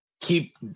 keep